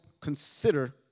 Consider